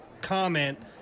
comment